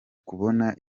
kubona